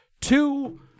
two